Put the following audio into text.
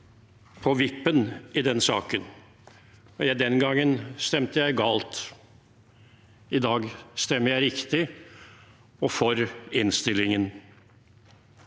på vippen. Den gangen stemte jeg galt. I dag stemmer jeg riktig og for innstillingen.